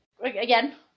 again